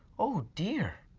oh dear,